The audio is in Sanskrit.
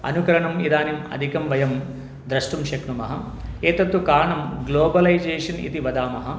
अनुकरणम् इदानीं वयं द्रष्टुं शक्नुमः एतत्तु कारणं ग्लोबलैजेशन् इति वदामः